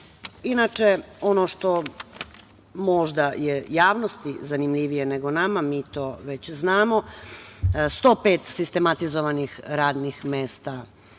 ono što možda je javnosti zanimljivije nego nama, mi to već znamo, 105 sistematizovanih radinih mesta